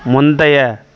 முந்தைய